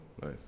nice